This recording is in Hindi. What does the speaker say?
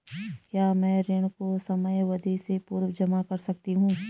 क्या मैं ऋण को समयावधि से पूर्व जमा कर सकती हूँ?